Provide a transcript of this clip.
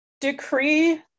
decree